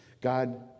god